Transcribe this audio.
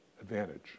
advantage